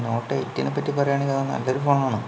not എയ്റ്റിനെ പറ്റി പറയുകയാണെങ്കിൽ അത് നല്ലൊരു ഫോണാണ്